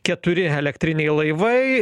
keturi elektriniai laivai